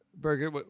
Burger